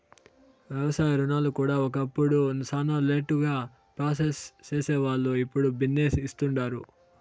వ్యవసాయ రుణాలు కూడా ఒకప్పుడు శానా లేటుగా ప్రాసెస్ సేసేవాల్లు, ఇప్పుడు బిన్నే ఇస్తుండారు